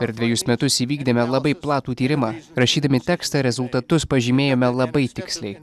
per dvejus metus įvykdėme labai platų tyrimą rašydami tekstą rezultatus pažymėjome labai tiksliai